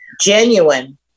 genuine